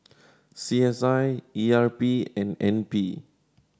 C S I E R P and N P